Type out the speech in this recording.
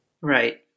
Right